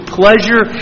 pleasure